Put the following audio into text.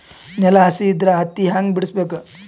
ನೆಲ ಹಸಿ ಇದ್ರ ಹತ್ತಿ ಹ್ಯಾಂಗ ಬಿಡಿಸಬೇಕು?